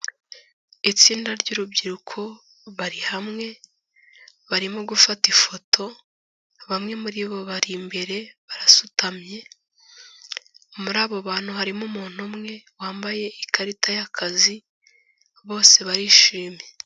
Itsinda ry'urubyiruko bari hamwe, barimo gufata ifoto, bamwe muribo bari imbere barasutamye, muri abo bantu harimo umuntu umwe wambaye ikarita y'akazi, bose barishimye.